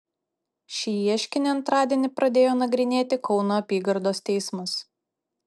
šį ieškinį antradienį pradėjo nagrinėti kauno apygardos teismas